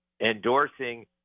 endorsing